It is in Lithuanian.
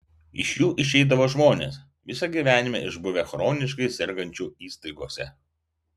iš jų išeidavo žmonės visą gyvenimą išbuvę chroniškai sergančių įstaigose